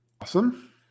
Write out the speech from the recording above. awesome